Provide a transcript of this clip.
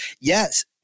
yes